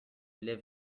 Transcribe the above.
live